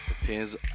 Depends